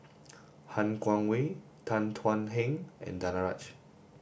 Han Guangwei Tan Thuan Heng and Danaraj